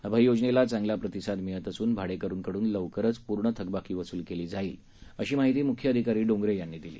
अभय योजनेला चांगला प्रतिसाद मिळत असून भाडेकरूंकडून लवकरच पूर्ण थकबाकी वसूल केली जाईल अशी माहिती म्ख्य अधिकारी डोंगरे यांनी दिली